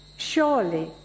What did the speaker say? Surely